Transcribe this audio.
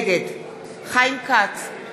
נגד חיים כץ,